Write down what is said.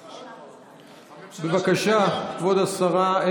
הממשלה --- בבקשה, כבוד השרה.